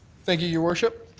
thank you, your worship.